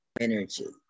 energy